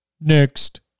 Next